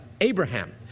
Abraham